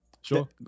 Sure